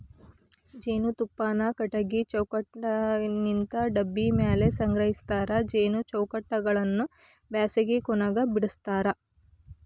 ಜೇನುತುಪ್ಪಾನ ಕಟಗಿ ಚೌಕಟ್ಟನಿಂತ ಡಬ್ಬಿ ಮ್ಯಾಲೆ ಸಂಗ್ರಹಸ್ತಾರ ಜೇನು ಚೌಕಟ್ಟಗಳನ್ನ ಬ್ಯಾಸಗಿ ಕೊನೆಗ ಬಿಡಸ್ತಾರ